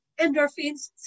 endorphins